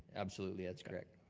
absolutely, that's correct.